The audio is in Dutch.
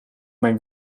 mijn